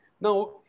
Now